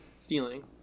stealing